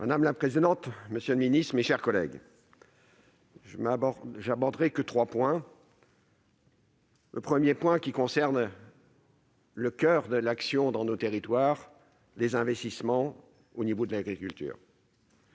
Madame la présidente, monsieur le ministre, mes chers collègues, je n'aborderai que trois points. Le premier point concerne le coeur de l'action dans nos territoires, à savoir les investissements en agriculture.